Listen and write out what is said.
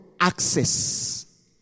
Access